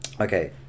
okay